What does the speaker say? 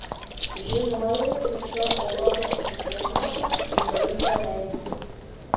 žinojau kad šio europos čempionato negaliu praleisti